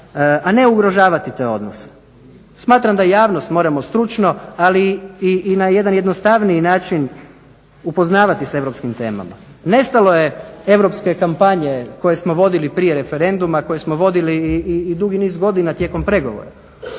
a ne ugrožavati te odnose. Smatram da javnost moramo stručno, ali i na jedan jednostavniji način upoznavati sa europskim temama. Nestalo je europske kampanje koje smo vodili prije referenduma, koje smo vodili i dugi niz godina tijekom pregovora.